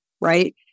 right